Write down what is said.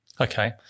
Okay